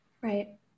Right